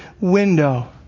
window